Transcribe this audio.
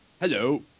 Hello